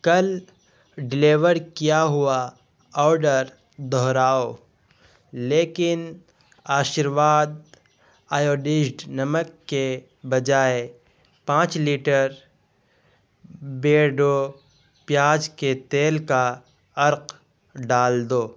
کل ڈلیوڑ کیا ہوا آڈر دہراؤ لیکن آشرواد آیوڈیزڈ نمک کے بجائے پانچ لیٹر بیئرڈو پیاز کے تیل کا عرق ڈال دو